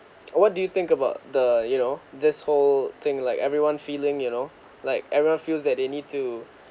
what do you think about the you know this whole thing like everyone feeling you know like everyone feels that they need to